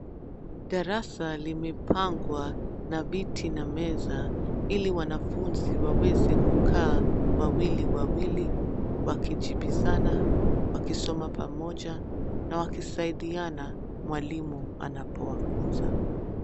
Darasa limepangwa na viti na meza ili wanafunzi waweze kukaa wawili wawili wakijibizana, wakisoma pamoja na wakisaidiana mwalimu anapowafunza.